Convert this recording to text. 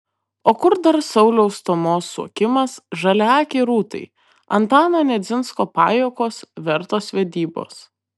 o kur dar sauliaus stomos suokimas žaliaakei rūtai antano nedzinsko pajuokos vertos vedybos